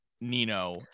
Nino